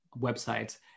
websites